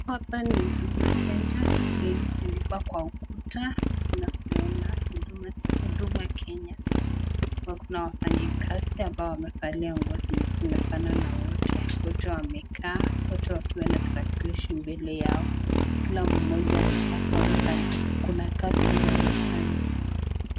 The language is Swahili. Hapa ni huduma(cs)center(cs)vile ilivyo andikwa kwa ukuta tunavyoona huduma kenya kuna wafanyi kazi ambao wamevalia nguo zenye sinafana wote, wote wamekaa wote wakiwa na tarakishi mbele yao kila mmoja wao kuna kazi anafanya.